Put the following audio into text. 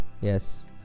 Yes